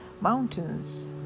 mountains